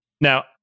Now